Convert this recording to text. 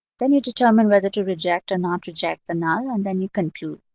then you determine whether to reject or not reject the null, and then you compute.